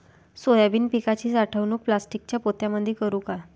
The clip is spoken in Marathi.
सोयाबीन पिकाची साठवणूक प्लास्टिकच्या पोत्यामंदी करू का?